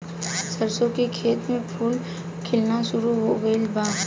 सरसों के खेत में फूल खिलना शुरू हो गइल बा